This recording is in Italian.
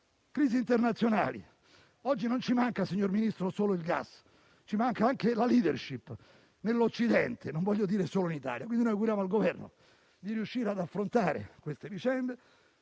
crisi internazionali. Oggi non ci manca, signor Ministro, solo il gas: ci manca anche la *leadership* nell'Occidente, e non voglio dire solo in Italia. Auguriamo quindi al Governo di riuscire ad affrontare queste vicende;